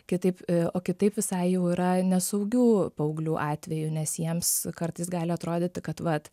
kitaip o kitaip visai jau yra nesaugių paauglių atveju nes jiems kartais gali atrodyti kad vat